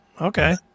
Okay